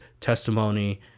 testimony